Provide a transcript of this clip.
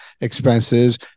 expenses